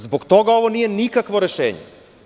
Zbog toga ovo nije nikakvo rešenje.